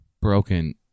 Broken